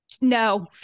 no